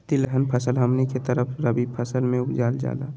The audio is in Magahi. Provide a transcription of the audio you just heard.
तिलहन फसल हमनी के तरफ रबी मौसम में उपजाल जाला